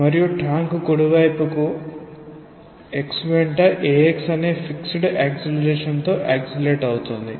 మరియు ట్యాంక్ కుడి వైపుకు x వెంటaxఅనే ఫిక్స్డ్ యాక్సెలేరేషన్ తో యాక్సెలేరేట్ అవుతోంది